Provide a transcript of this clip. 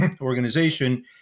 organization